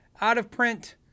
out-of-print